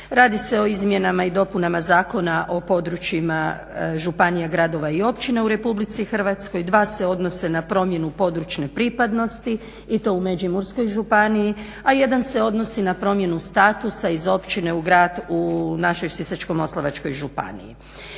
Radi se o izmjenama i dopunama zakona o područjima županija, gradova i općina u RH, dva se odnose na promjenu područne pripadnosti i to u Međimurskoj županiji, a jedan se odnosi na promjenu statusa iz općine u grad u našoj Sisačko-moslavačkoj županiji.